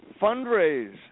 fundraise